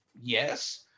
Yes